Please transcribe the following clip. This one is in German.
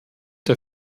der